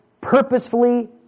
purposefully